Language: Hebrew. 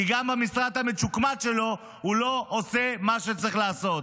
כי גם במשרד המצ'וקמק שלו הוא לא עושה מה שצריך לעשות.